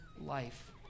life